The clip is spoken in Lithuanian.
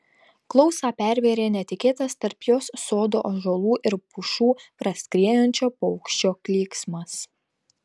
klausą pervėrė netikėtas tarp jos sodo ąžuolų ir pušų praskriejančio paukščio klyksmas